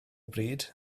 bryd